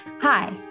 Hi